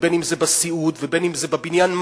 בין בסיעוד בין בבניין,